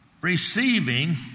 receiving